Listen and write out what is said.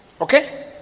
Okay